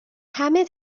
همه